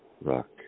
rock